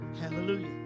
Hallelujah